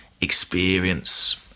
experience